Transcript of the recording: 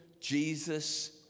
Jesus